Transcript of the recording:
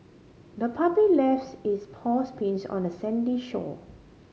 the puppy left its paw prints on the sandy shore